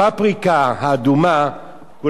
כולנו עכשיו מתעוררים,